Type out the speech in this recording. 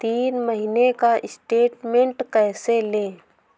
तीन महीने का स्टेटमेंट कैसे लें?